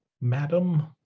Madam